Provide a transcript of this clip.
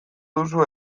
duzu